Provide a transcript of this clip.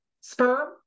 sperm